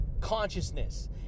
consciousness